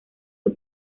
sus